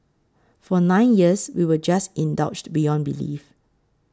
for nine years we were just indulged beyond belief